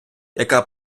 яка